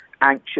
anxious